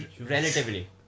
Relatively